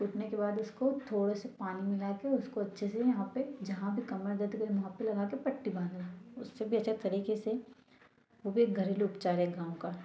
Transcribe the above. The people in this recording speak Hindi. कूटने के बाद उसको थोड़े से पानी मिला के उसको अच्छे से यहाँ पे जहाँ पे कमर दर्द करे वहाँ पे लगा के पट्टी बांध लो उससे भी अच्छा तरिके से वो भी एक घरेलू उपचार है गाँव का